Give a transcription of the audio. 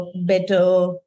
better